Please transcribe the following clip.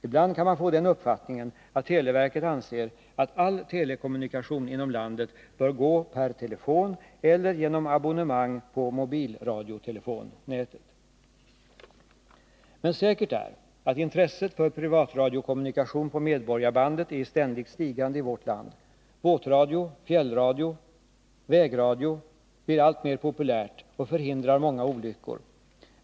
Ibland kan man få den uppfattningen att televerket anser att all telekommunikation inom landet bör gå per telefon eller genom abonnemang på mobilradiotelefonnätet. Men säkert är att intresset för privatradiokommunikation på medborgarbandet är i ständigt stigande i vårt land. Båtradio, fjällradio, vägradio blir alltmer populärt och förhindrar många olyckor.